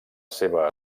seva